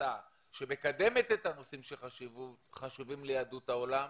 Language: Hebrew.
החלטה שמקדמת את הנושאים שחשובים ליהדות העולם,